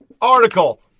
Article